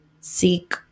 seek